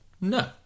No